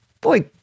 boy